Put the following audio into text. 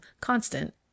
constant